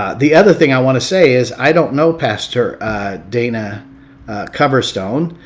the other thing i want to say is, i don't know pastor dana coverstone.